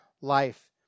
life